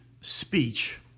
speech